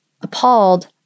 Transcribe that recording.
Appalled